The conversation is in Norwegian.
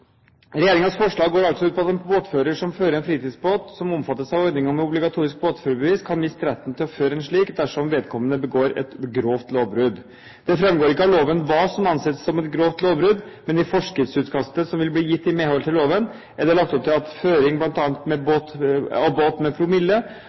forslag går altså ut på at en båtfører som fører en fritidsbåt som omfattes av ordningen med obligatorisk båtførerbevis, kan miste retten til å føre en slik dersom vedkommende begår et grovt lovbrudd. Det framgår ikke av loven hva som anses som et grovt lovbrudd, men i forskriftsutkastet som vil bli gitt i medhold av loven, er det lagt opp til at bl.a. føring av båt med